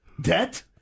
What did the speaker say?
Debt